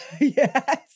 Yes